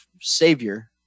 savior